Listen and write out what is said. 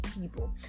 people